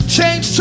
Change